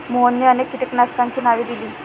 मोहनने अनेक कीटकनाशकांची नावे दिली